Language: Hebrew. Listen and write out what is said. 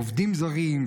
עובדים זרים.